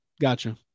gotcha